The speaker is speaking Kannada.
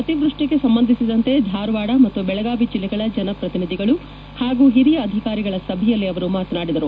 ಅತಿವೃಷ್ಷಿಗೆ ಸಂಬಂಧಿಸಿದಂತೆ ಧಾರವಾಡ ಮತ್ತು ಬೆಳಗಾವಿ ಜಿಲ್ಲೆಗಳ ಜನಪ್ರತಿನಿಧಿಗಳು ಹಾಗೂ ಹಿರಿಯ ಅಧಿಕಾರಿಗಳ ಸಭೆಯಲ್ಲಿ ಅವರು ಮಾತನಾಡಿದರು